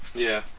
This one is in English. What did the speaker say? yeah,